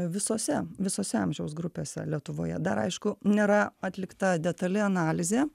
visose visose amžiaus grupėse lietuvoje dar aišku nėra atlikta detali analizė